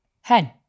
Hen